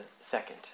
second